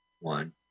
one